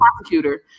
prosecutor